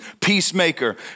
peacemaker